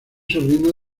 sobrino